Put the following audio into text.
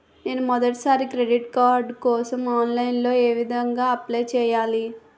నేను మొదటిసారి credit card కోసం ఆన్లైన్ లో ఏ విధంగా అప్లై చేయాలి?